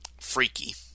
Freaky